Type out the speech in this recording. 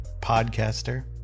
podcaster